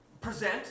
present